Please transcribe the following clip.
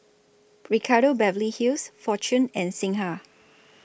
Ricardo Beverly Hills Fortune and Singha